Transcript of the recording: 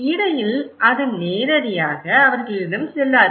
இடையில் அது நேரடியாக அவர்களிடம் செல்லாது